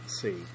see